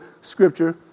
scripture